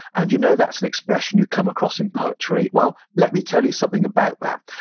and you know that's an expression you come across in poetry. well, let me tell you something about that.